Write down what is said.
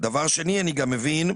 מאיפה אתה מבין?